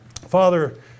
Father